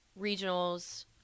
regionals